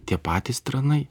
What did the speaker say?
tie patys tranai